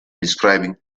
describing